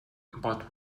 but